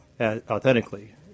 authentically